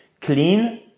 clean